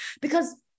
Because-